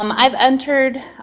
um i've entered